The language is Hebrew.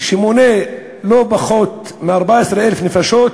שמונה לא פחות מ-14,000 נפשות,